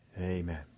Amen